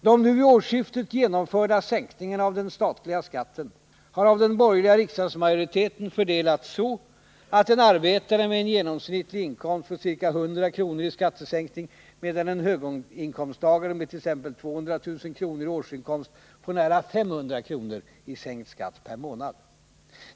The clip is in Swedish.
De nu vid årsskiftet genomförda sänkningarna av den statliga skatten har av den borgerliga riksdagsmajoriteten fördelats så, att en arbetare med en genomsnittlig inkomst får ca 100 kr. i skattesänkning, medan en höginkomsttagare med t.ex. 200 000 kr. i årsinkomst får nära 500 kr. i sänkt skatt per månad.